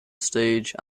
stage